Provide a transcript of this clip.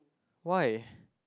why